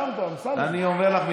אני אומר לך,